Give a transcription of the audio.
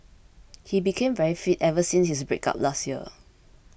he became very fit ever since his breakup last year